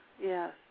yes